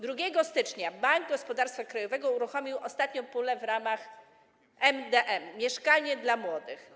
2 stycznia Bank Gospodarstwa Krajowego uruchomił ostatnią pulę w ramach MdM-u, „Mieszkania dla młodych”